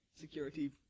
security